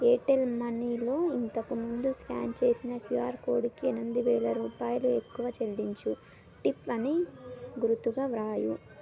Airtel మనీలో ఇంతకు ముందు స్కాన్ చేసిన క్యూఆర్ కోడ్కి ఎనిమిది వేల రూపాయలు ఎక్కువ చెల్లించు టిప్ అని గురుతుగా వ్రాయి